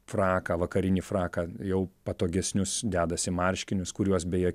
fraką vakarinį fraką jau patogesnius dedasi marškinius kuriuos beje